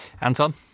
Anton